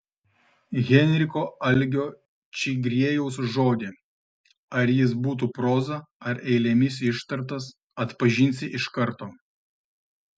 henriko algio čigriejaus žodį ar jis būtų proza ar eilėmis ištartas atpažinsi iš karto